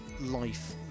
life